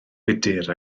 budr